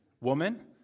Woman